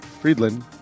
Friedland